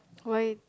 why